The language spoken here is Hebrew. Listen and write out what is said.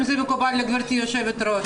אם זה מקובל על גברתי היושבת-ראש.